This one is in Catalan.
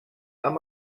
amb